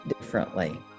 differently